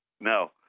no